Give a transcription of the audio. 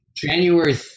January